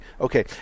okay